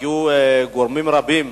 הגיעו גורמים רבים